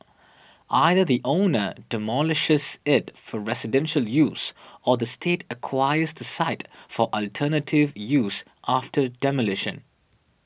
either the owner demolishes it for residential use or the State acquires the site for alternative use after demolition